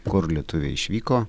kur lietuviai išvyko